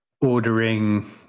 ordering